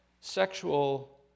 sexual